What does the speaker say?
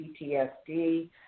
PTSD